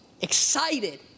excited